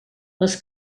les